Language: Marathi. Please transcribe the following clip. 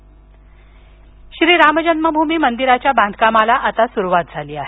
राम मंदिर श्री राम जन्मभूमी मंदिराच्या बांधकामाला सुरुवात झाली आहे